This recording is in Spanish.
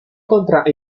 contra